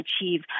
achieve